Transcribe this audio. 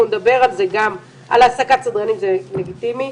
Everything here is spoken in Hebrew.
אנחנו נדבר גם על העסקת סדרנים, זה לגיטימי,